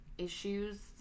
Issues